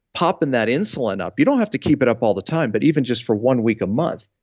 popping that insulin up you don't have to keep it up all the time, but even just for one week a month,